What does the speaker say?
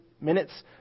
minutes